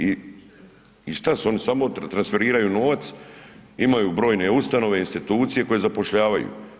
Ista su oni samo transferiraju novac, imaju brojne ustanove i institucije koje zapošljavaju.